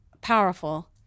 powerful